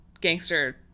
Gangster